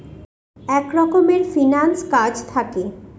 এক রকমের ফিন্যান্স কাজ থাকে